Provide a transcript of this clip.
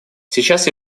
сейчас